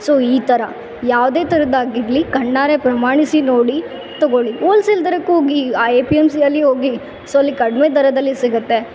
so ಈ ಥರ ಯಾವುದೇ ಥರದ್ದಾಗಿರಲಿ ಕಣ್ಣಾರೆ ಪ್ರಮಾಣಿಸಿ ನೋಡಿ ತಗೊಳ್ಳಿ ವೋಲ್ಸೇಲ್ ದರಕ್ಕೆ ಹೋಗಿ ಆ ಎ ಪಿ ಎಮ್ ಸಿಯಲ್ಲಿ ಹೋಗಿ ಸೊ ಅಲ್ಲಿ ಕಡ್ಮೆ ದರದಲ್ಲಿ ಸಿಗತ್ತೆ